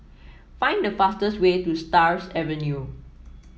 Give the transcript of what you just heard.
find the fastest way to Stars Avenue